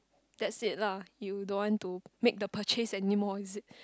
that's it lah you don't want to make the purchase anymore is it